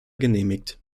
genehmigt